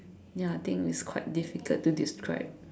ya I think it's quite difficult to describe